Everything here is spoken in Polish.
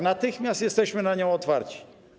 Natychmiast jesteśmy na nią otwarci.